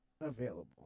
available